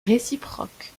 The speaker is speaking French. réciproque